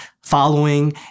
following